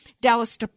Dallas